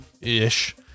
ish